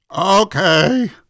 Okay